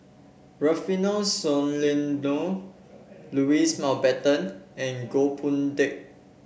Rufino Soliano Louis Mountbatten and Goh Boon Teck